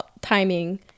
timing